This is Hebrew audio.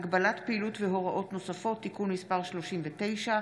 (הגבלת פעילות והוראות נוספות (תיקון מס' 39),